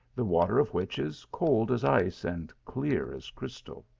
the water of which is cold as ice and clear as crystal.